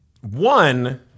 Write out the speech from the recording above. one